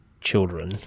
children